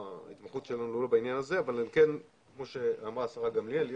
ההתמחות שלנו היא לא בעניין הזה אבל כמו שאמרה השרה גמליאל,